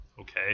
okay